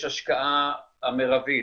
יש השקעה מרבית,